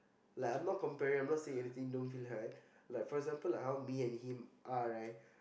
like I'm not comparing I'm not saying anything don't feel hurt like for example like how me and him are right